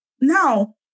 Now